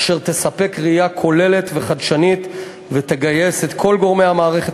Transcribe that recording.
אשר תספק ראייה כוללת וחדשנית ותגייס את כל גורמי המערכת